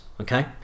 Okay